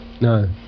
No